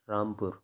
رام پور